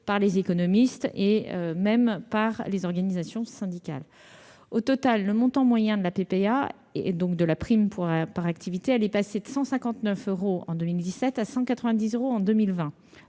par les économistes ou par les organisations syndicales. Au total, le montant moyen de la prime d'activité est passé de 159 euros en 2017 à 190 euros en 2020.